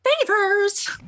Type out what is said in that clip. favors